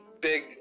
big